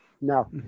No